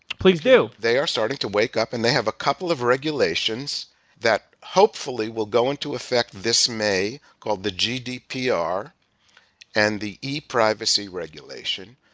please do. they are starting to wake up and they have a couple of regulations that hopefully will go into effect this may called the gdpr and the e-privacy regulation,